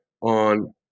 on